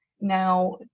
now